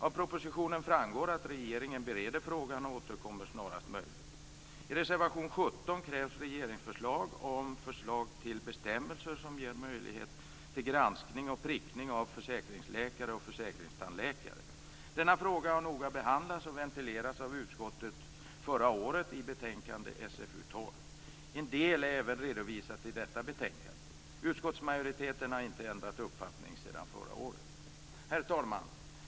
Av propositionen framgår att regeringen bereder frågan och återkommer snarast möjligt. I reservation 17 krävs att regeringen kommer med förslag till bestämmelser som ger möjlighet till granskning och prickning av försäkringsläkare och försäkringstandläkare. Denna fråga har noga behandlats och ventilerats av utskottet förra året i betänkandet SfU12. En del är även redovisat i detta betänkande. Utskottsmajoriteten har inte ändrat uppfattning sedan förra året. Herr talman!